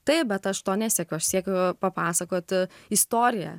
taip bet aš to nesiekiu aš siekiu papasakoti istoriją